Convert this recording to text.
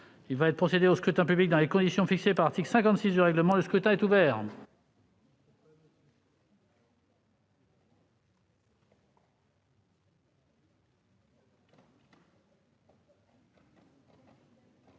Il va être procédé au scrutin dans les conditions fixées par l'article 56 du règlement. Le scrutin est ouvert.